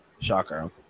Shocker